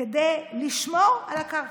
כדי לשמור על הקרקע.